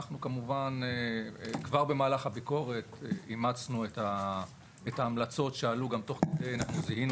אנחנו כבר במהלך הביקורת אימצנו את ההמלצות שעלו גם תוך כדי וזיהינו